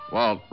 Walt